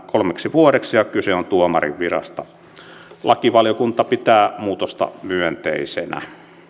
kolmeksi vuodeksi ja kyse on tuomarin virasta lakivaliokunta pitää muutosta myönteisenä